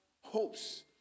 hopes